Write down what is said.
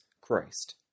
Christ